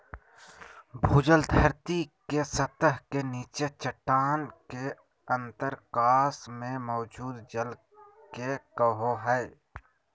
भूजल धरती के सतह के नीचे चट्टान के अंतरकाश में मौजूद जल के कहो हइ